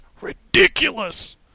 ridiculous